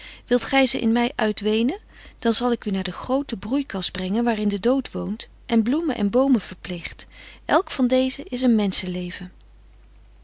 wilt gij ze in mij uitweenen dan zal ik u naar de groote broeikas brengen waarin de dood woont en bloemen en boomen verpleegt elk van deze is een menschenleven